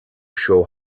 show